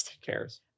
cares